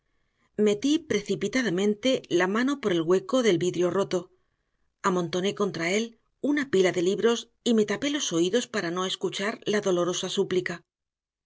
presión metí precipitadamente la mano por el hueco del vidrio roto amontoné contra él una pila de libros y me tapé los oídos para no escuchar la dolorosa súplica